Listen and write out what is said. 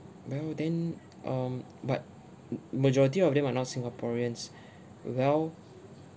well then um but m~ majority of them are not singaporeans well